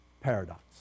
paradox